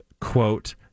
quote